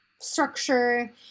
structure